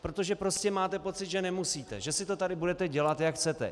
Protože prostě máte pocit, že nemusíte, že si to tady budete dělat, jak chcete.